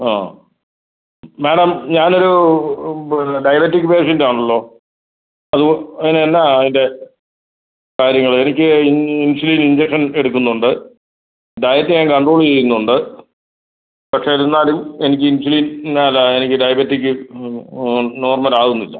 ആ മാഡം ഞാൻ ഒരു ഡയബറ്റിക് പേഷ്യൻറ്റ് ആണല്ലോ അത് അതിന് എന്നാണ് അതിൻ്റെ കാര്യങ്ങൾ എനിക്ക് ഇൻസുലിൻ ഇഞ്ചക്ഷൻ എടുക്കുന്നുണ്ട് ഡയറ്റ് ഞാൻ കൺട്രോൾ ചെയ്യുന്നുണ്ട് പക്ഷേ എന്നാലും എനിക്ക് ഇൻഫിനിറ്റ് അതാ എനിക്ക് ഡയബറ്റിക് ഓ നോർമൽ ആകുന്നില്ല